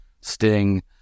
Sting